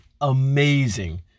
amazing